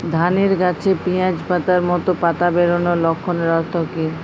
ধানের গাছে পিয়াজ পাতার মতো পাতা বেরোনোর লক্ষণের অর্থ কী?